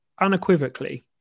unequivocally